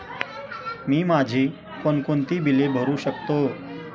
मी माझी कोणकोणती बिले भरू शकतो?